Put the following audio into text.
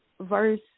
Verse